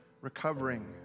recovering